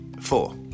four